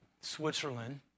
Switzerland